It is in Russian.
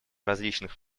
различных